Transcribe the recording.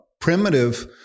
primitive